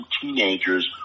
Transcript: teenagers